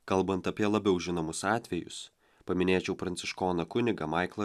kalbant apie labiau žinomus atvejus paminėčiau pranciškoną kunigą maiklą